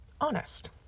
Honest